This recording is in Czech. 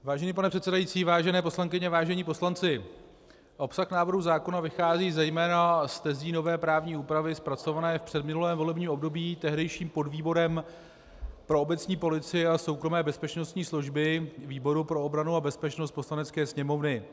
Vážený pane předsedající, vážené poslankyně, vážení poslanci, obsah návrhu zákona vychází zejména z tezí nové právní úpravy zpracované v předminulém volebním období tehdejším podvýborem pro obecní policii a soukromé bezpečnostní služby výboru pro obranu a bezpečnost Poslanecké sněmovny.